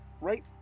Right